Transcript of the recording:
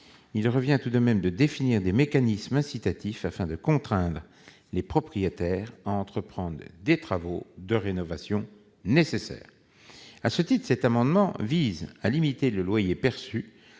il importe tout de même de prévoir des mécanismes afin de contraindre les propriétaires à entreprendre les travaux de rénovation nécessaires. À cet égard, cet amendement vise à limiter le loyer de